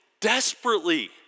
desperately